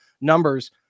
numbers